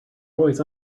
always